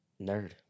Nerd